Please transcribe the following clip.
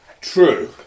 True